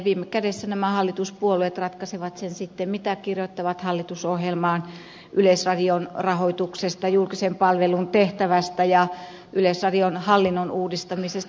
viime kädessä hallituspuolueet ratkaisevat sitten sen mitä kirjoittavat hallitusohjelmaan yleisradion rahoituksesta julkisen palvelun tehtävästä ja yleisradion hallinnon uudistamisesta